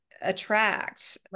attract